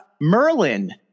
Merlin